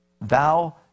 Thou